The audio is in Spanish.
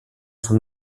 son